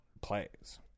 plays